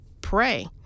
pray